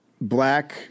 black